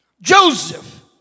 Joseph